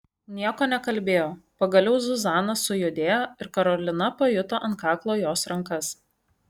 nieko nekalbėjo pagaliau zuzana sujudėjo ir karolina pajuto ant kaklo jos rankas